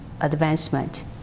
advancement